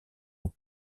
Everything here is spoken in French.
aux